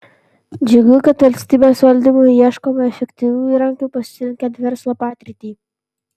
džiugu kad valstybės valdymui ieškoma efektyvių įrankių pasitelkiant verslo patirtį